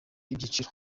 ibyiciro